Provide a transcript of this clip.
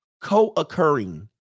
Co-occurring